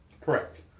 Correct